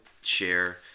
share